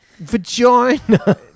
Vagina